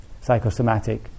psychosomatic